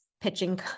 pitching